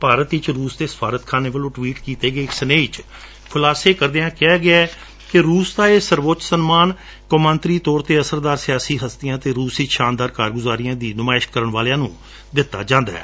ਭਾਰਤ ਵਿਚ ਰੁਸ ਦੇ ਸਫਾਰਤਖਾਨੇ ਵਲੋਂ ਟਵੀਟ ਕੀਤੇ ਗਏ ਇਕ ਸੁਨੇਹੇ ਵਿਚ ਖੁਲਾਸੇ ਕਰਦਿਆਂ ਕਿਹਾ ਗੈ ਕਿ ਰੁਸ ਦਾ ਇਹ ਸਵੋੱਚ ਸਨਮਾਨ ਕੌਮਾਂਤਰੀ ਤੌਰ ਤੇ ਅਸਰਦਾਰ ਸਿਆਸੀ ਹਸਤੀਆਂ ਅਤੇ ਰੁਸ ਵਿਚ ਸ਼ਾਨਦਾਰ ਕਾਰਗੁਜ਼ਾਰੀਆਂ ਦੀ ਨੁਮਾਇਸ਼ ਕਰਨ ਵਾਲਿਆਂ ਨੂੰ ਦਿੱਤਾ ਜਾਂਦਾ ਏ